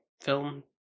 film